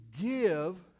give